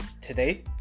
today